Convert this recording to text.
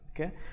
okay